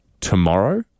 tomorrow